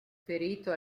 ferito